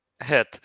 head